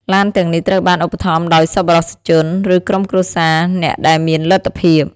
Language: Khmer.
ឡានទាំងនេះត្រូវបានឧបត្ថម្ភដោយសប្បុរសជន ឬក្រុមគ្រួសារអ្នកដែលមានលទ្ធភាព។